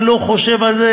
אני לא חושב על זה,